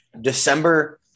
December